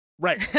Right